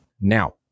Now